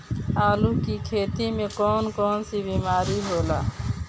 आलू की खेती में कौन कौन सी बीमारी होला?